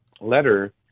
letter